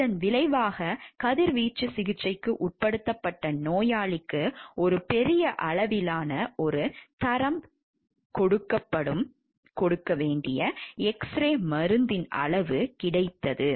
இதன் விளைவாக கதிர்வீச்சு சிகிச்சைக்கு உட்படுத்தப்பட்ட நோயாளிக்கு ஒரு பெரிய அளவிலான ஒரு தரம் கொடக்க வேண்டிய எக்ஸ்ரே மருந்தின் அளவு கிடைத்தது